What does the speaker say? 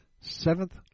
seventh